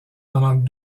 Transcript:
pendant